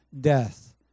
death